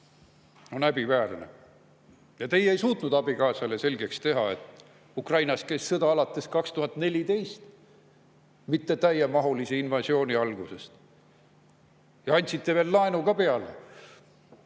on häbiväärne. Ja teie ei suutnud abikaasale selgeks teha, et Ukrainas käib sõda alates 2014, mitte täiemahulise invasiooni algusest, ja andsite veel laenu ka peale.